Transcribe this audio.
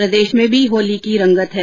प्रदेश में भी होली की रंगत है